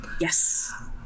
yes